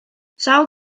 sawl